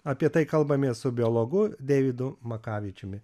apie tai kalbamės su biologu deividu makavičiumi